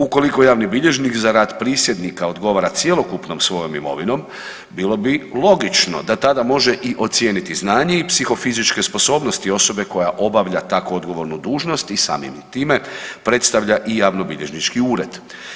Ukoliko javni bilježnik za rad prisjednika odgovara cjelokupnom svojom imovinom bilo bi logično da tada može i ocijeniti znanje i psihofizičke sposobnosti osobe koja obavlja tako odgovornu dužnost i samim time predstavlja i javnobilježnički ured.